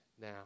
now